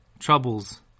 Troubles